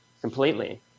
completely